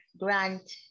grant